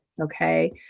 okay